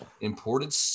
imported